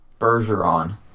Bergeron